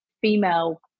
female